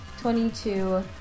22